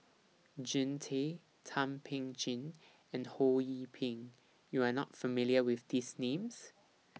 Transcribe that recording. Jean Tay Thum Ping Tjin and Ho Yee Ping YOU Are not familiar with These Names